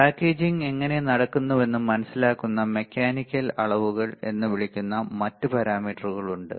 packaging എങ്ങനെ നടക്കുന്നുവെന്ന് മനസ്സിലാക്കുന്ന മെക്കാനിക്കൽ അളവുകൾ എന്ന് വിളിക്കുന്ന മറ്റ് പാരാമീറ്ററുകൾ ഉണ്ട്